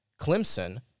Clemson